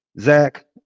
Zach